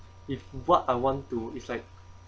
if what I want to it's like